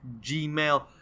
Gmail